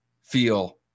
feel